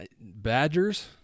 Badgers